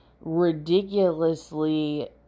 ridiculously